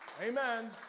amen